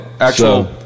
Actual